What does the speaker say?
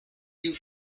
you